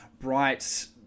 bright